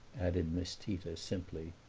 added miss tita simply.